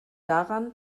daran